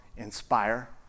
inspire